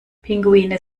pinguine